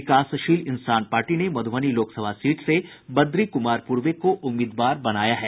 विकासशील इंसान पार्टी ने मधुबनी लोकसभा सीट से बद्री कुमार पूर्वे को उम्मीदवार बनाया है